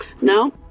No